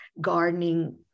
gardening